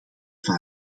van